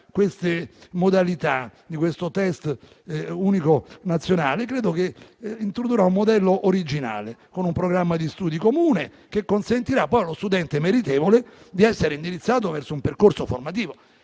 le modalità di questo test unico nazionale, introdurrà un modello originale, con un programma di studi comune che consentirà poi ad uno studente meritevole di essere indirizzato verso un percorso formativo.